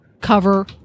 cover